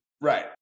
right